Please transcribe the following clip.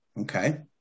Okay